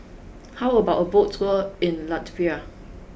how about a boat tour in Latvia